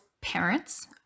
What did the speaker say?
parents